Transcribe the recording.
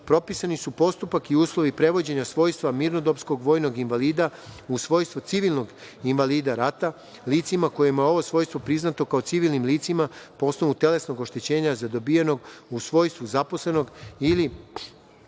života. Propisani su postupak i uslovi prevođenja svojstva mirnodopskog vojnog invalida u svojstvo civilnog invalida rata licima kojima je ovo svojstvo priznato kao civilnim licima po osnovu telesnog oštećenja zadobijenog u svojstvu zaposlenog ili